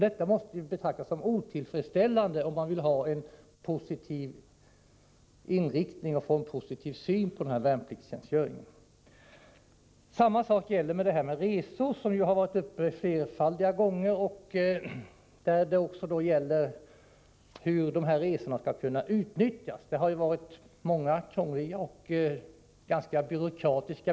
Detta måste betraktas som otillfredsställande, om man vill ha en positiv syn på värnpliktstjänstgöringen. Samma sak gäller resorna. Frågan om hur de skall kunna utnyttjas har flerfaldiga gånger varit uppe. Bestämmelserna har varit många, krångliga och ganska byråkratiska.